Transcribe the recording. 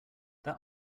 that